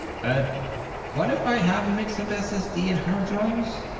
but what if i have mixed up ssd and hard drives?